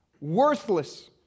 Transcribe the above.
worthless